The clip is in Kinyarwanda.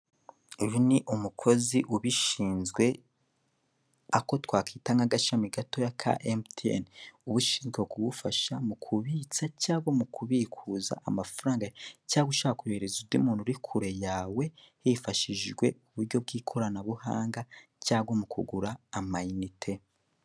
Uyu ni umukozi ubishinzwe ako twakwita nk'agashami gato ka MTN uba ushinzwe kugufashe mu kubitsa cyangwa mu kubikuza amafaranga cyangwa ushaka kuyoherereza undi umuntu uri kure yawe hifashishijwe uburyo bw'ikoranabuhanga cyangwa mu kugura amayinite.